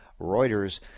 Reuters